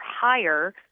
higher